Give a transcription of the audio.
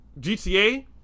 GTA